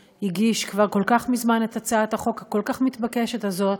שהגיש כבר כל כך מזמן את הצעת החוק הכל-כך מתבקשת הזאת,